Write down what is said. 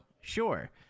sure